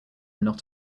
not